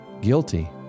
guilty